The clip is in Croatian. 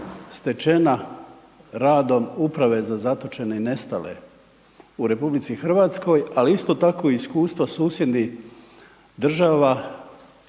stečena radom Uprave za zatočene i nestale u Republici Hrvatskoj, ali isto tako i iskustva susjednih država